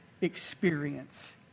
experience